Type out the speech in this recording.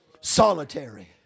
Solitary